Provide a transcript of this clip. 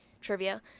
Trivia